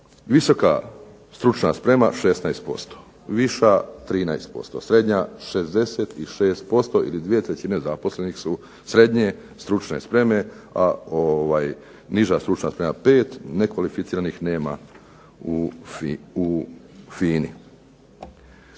Visoka stručna sprema 16%, viša 13%, srednja 66% ili 2/3 zaposlenih su srednje stručne spreme, a niža stručna sprema 5%, nekvalificiranih nema u FINA-i.